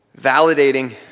Validating